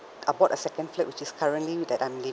I bought a second flat which is currently that I'm liv~